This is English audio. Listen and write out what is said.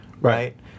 right